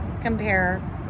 compare